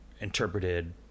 interpreted